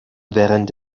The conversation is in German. während